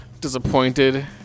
disappointed